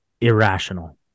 irrational